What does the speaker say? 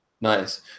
Nice